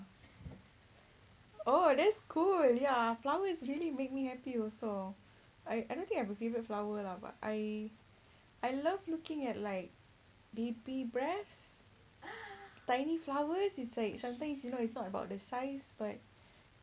oh that's cool ya flowers really makes me happy also I I don't think I have a favourite flower lah but I I love looking at like baby breath tiny flowers it's like something small it's not about the size but